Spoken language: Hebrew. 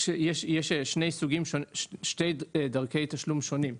יש שתי דרכי תשלום שונות.